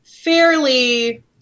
fairly